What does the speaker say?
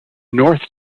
north